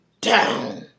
down